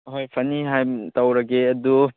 ꯍꯣꯏ ꯐꯅꯤ ꯇꯧꯔꯒꯦ ꯑꯗꯨ